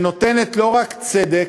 שנותנת לא רק צדק,